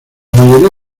mayoría